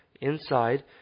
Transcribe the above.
inside